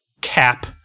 cap